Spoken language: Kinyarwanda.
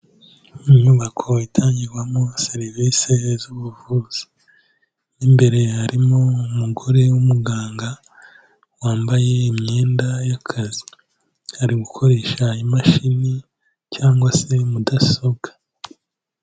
Inyubako itangirwamo serivisi z'ubuvuzi, mo imbere harimo umugore w'umuganga wambaye imyenda y'akazi, ari gukoresha imashini cyangwa se mudasobwa.